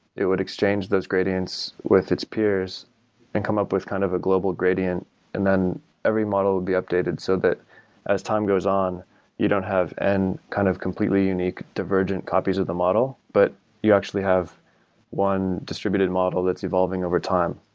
it would exchange those gradients with its peers and come up with kind of a global gradient and then every model would be updated so that as time goes on you don't have a and kind of completely unique divergent copies of the model, but you actually have one distributed model that's evolving overtime.